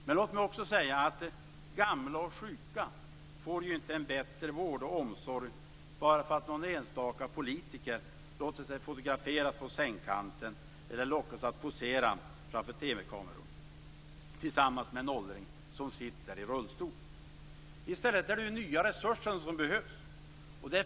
Men gamla och sjuka får inte bättre vård och omsorg bara därför att någon enstaka politiker låter sig fotograferas på sängkanten eller lockas att posera framför TV-kameror tillsammans med en åldring som sitter i rullstol. I stället är det nya resurser som behövs.